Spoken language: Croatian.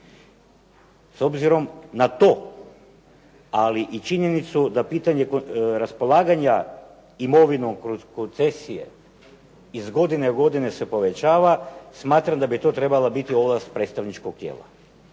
S obzirom na to, ali i činjenicu da pitanje raspolaganja imovinom kroz koncesije iz godine u godinu se povećava, smatram da bi to trebala biti ovlast predstavničkog tijela.